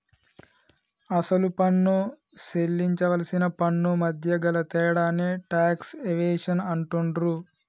అసలు పన్ను సేల్లించవలసిన పన్నుమధ్య గల తేడాని టాక్స్ ఎవేషన్ అంటుండ్రు